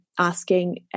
asking